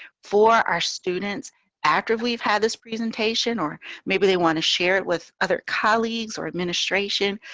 for our students after we've had this presentation or maybe they want to share it with other colleagues or administration.